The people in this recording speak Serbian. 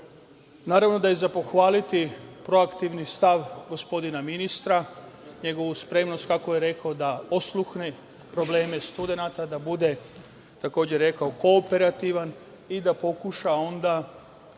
bodova. Naravno da je za pohvaliti proaktivni stav gospodina ministra, njegovu spremnost, kako je rekao, da osluhne probleme studenata, da bude kooperativan i da pokuša onda